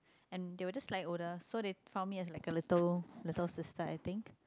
and they were just slightly older so they found me like a little little sister I thinked